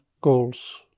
goals